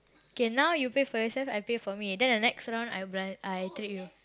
K now you pay yourself I pay for me then the next round I belan~ I treat you